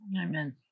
amen